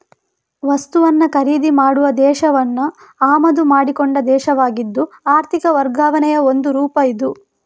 ವಸ್ತುವನ್ನ ಖರೀದಿ ಮಾಡುವ ದೇಶವನ್ನ ಆಮದು ಮಾಡಿಕೊಂಡ ದೇಶವಾಗಿದ್ದು ಆರ್ಥಿಕ ವರ್ಗಾವಣೆಯ ಒಂದು ರೂಪ ಇದು